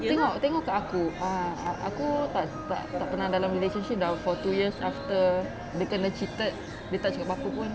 tengok tengok kat aku ah aku tak tak pernah dalam relationship dah for two years after dia kena cheated dia tak cakap apa-apa pun